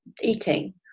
eating